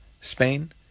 Spain